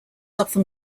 often